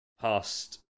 past